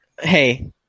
Hey